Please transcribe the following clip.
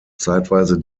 zeitweise